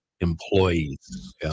employees